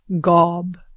gob